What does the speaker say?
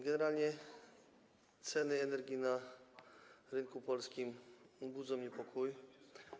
Generalnie ceny energii na rynku polskim budzą niepokój.